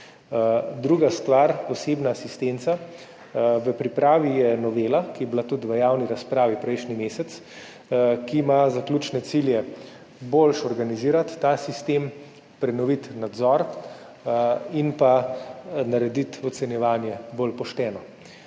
Druga stvar, osebna asistenca. V pripravi je novela, ki je bila tudi v javni razpravi prejšnji mesec, ki ima za ključne cilje bolje organizirati ta sistem, prenoviti nadzor in narediti ocenjevanje bolj pošteno.